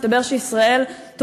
שישראל,